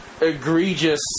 egregious